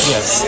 Yes